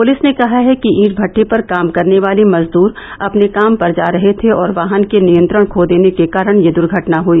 police ने कहा है कि ईट भट्टे पर काम करने वाले मजदूर अपने काम पर जा रहे थे और वाहन के नियंत्रण खो देने के कारण यह द्वर्घटना हई